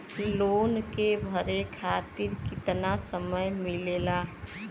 Loan के भरे खातिर कितना समय मिलेला?